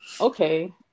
okay